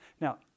Now